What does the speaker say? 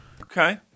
okay